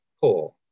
poor